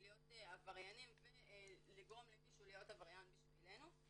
להיות עבריינים ולגרום למישהו להיות עבריין בשבילנו.